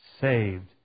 saved